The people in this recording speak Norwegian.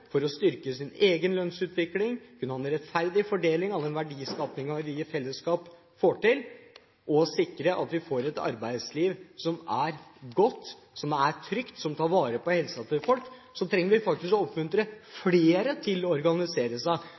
styrke sin egen lønnsutvikling, kan ha en rettferdig fordeling av den verdiskapingen vi i fellesskap får til, og sikre at vi får et arbeidsliv som er godt og trygt, og som tar vare på helsen til folk, trenger vi faktisk å oppmuntre flere til